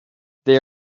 they